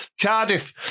Cardiff